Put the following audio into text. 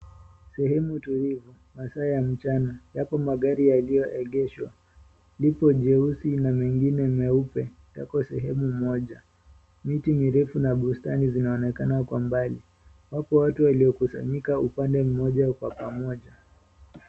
Sehemu tulivu masaa ya mchana yapo magari yaliyoegeshwa lipo jeusi na mengine meupe yako sehemu moja, miti mirefu na bustani zinaonekana kwa mbali, wapo watu waliokusanyika upande moja kwa pamoja.